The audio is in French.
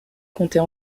comptez